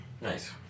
Nice